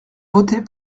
voter